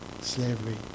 slavery